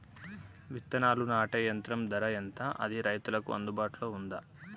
విత్తనాలు నాటే యంత్రం ధర ఎంత అది రైతులకు అందుబాటులో ఉందా?